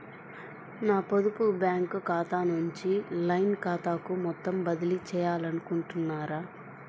నా పొదుపు బ్యాంకు ఖాతా నుంచి లైన్ ఖాతాకు మొత్తం బదిలీ చేయాలనుకుంటున్నారా?